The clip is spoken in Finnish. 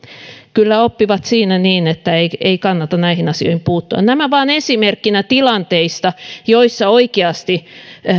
kyllä oppivat siinä niin että ei ei kannata näihin asioihin puuttua nämä vain esimerkkinä tilanteista joissa oikeasti